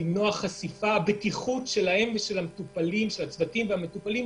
לחתור לבטיחות הצוותים והמטופלים.